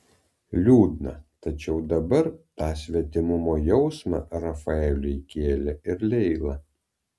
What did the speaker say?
liūdna tačiau dabar tą svetimumo jausmą rafaeliui kėlė ir leila